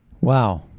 Wow